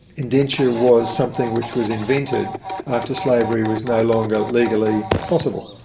indenture was something which was invented after slavery was no longer legally possible.